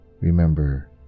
remember